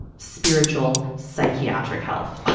spiritual, psychiatric health.